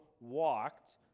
walked